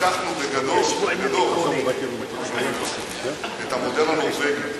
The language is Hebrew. לקחנו בגדול את המודל הנורבגי,